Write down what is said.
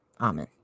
Amen